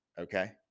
okay